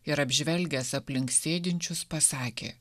ir apžvelgęs aplink sėdinčius pasakė